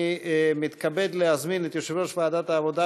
אני מתכבד להזמין את יושב-ראש ועדת העבודה,